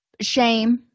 shame